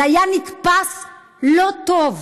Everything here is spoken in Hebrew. זה היה נתפס לא טוב,